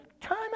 time